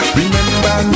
remember